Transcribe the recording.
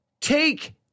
Take